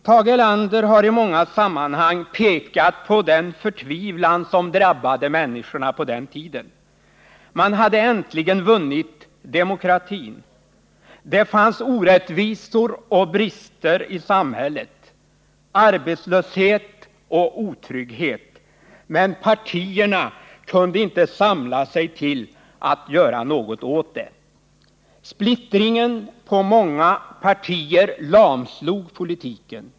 Tage Erlander har i många sammanhang pekat på den förtvivlan som drabbade människorna på den tiden. Man hade äntligen vunnit demokratin. Det fanns orättvisor och brister i samhället, arbetslöshet och otrygghet. Men partierna kunde inte samla sig till att göra något åt det. Splittringen på många partier lamslog politiken.